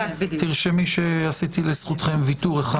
תרשמי שעשיתי לזכותכם ויתור אחד.